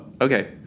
okay